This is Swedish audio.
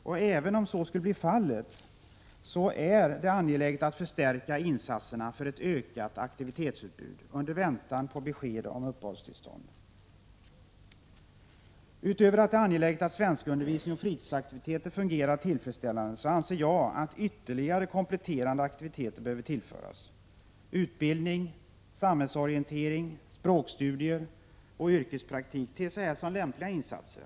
Och även om man skulle kunna göra det är det angeläget att stärka insatserna för ett ökat aktivitetsutbud under väntan på besked om uppehållstillstånd. Utöver att det är angeläget att svenskundervisning och fritidsaktiviteter fungerar tillfredsställande anser jag att ytterligare kompletterande aktiviteter behöver tillföras. Utbildning, samhällsorientering, språkstudier och yrkespraktik ter sig här som lämpliga insatser.